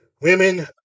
women